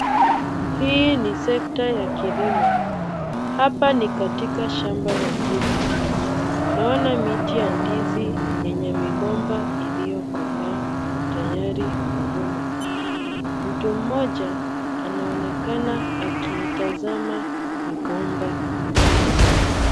Hii ni sekta ya kilimo hapa ni katika shamba la ndizi. Naona miti ya ndizi yenye migomba iliyokomaa tayari kuvunwa. Mtu mmoja anaonekana akiitazama migomba hiyo.